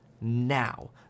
now